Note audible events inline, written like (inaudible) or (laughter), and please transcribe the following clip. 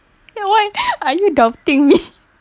ya why are you doubting me (laughs)